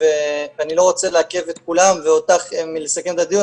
אני לא רוצה לעכב את כולם ואותך מלסכם את הדיון